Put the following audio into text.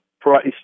price